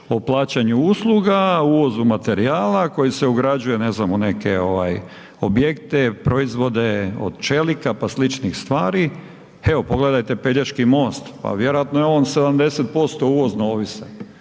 plaćanju usluga, uvozu materijala koji se ugrađuje ne znam u neke objekte, proizvode od čelika pa sličnih stvari, evo pogledajte Pelješki most, pa vjerojatno je on 70% uvozno ovisan